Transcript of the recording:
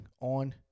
On